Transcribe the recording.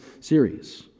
series